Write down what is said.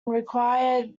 require